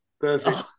Perfect